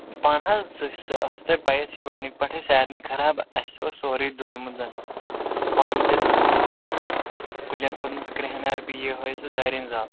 پانہٕ حظ سُہ چھُ سُہ اوسوٕ تۄہہِ بایَس یہِ چھِ گۄڈنِکہٕ پٮ۪ٹھٕے سارِنٕے خراب اَسہِ اوس سورُے دوٚدمُت زَن سُہ پَن تہِ دوٚدمُت کُلٮ۪ن کھوٚتمُت سُہ کرٛہنٮ۪ر بیٚیہِ یِہےَ سُہ زرٮ۪ن زال